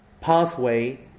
pathway